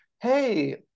hey